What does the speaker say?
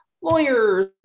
lawyers